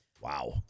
Wow